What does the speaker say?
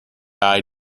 eye